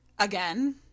again